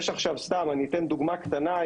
סתם אני אתן דוגמה קטנה.